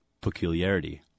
peculiarity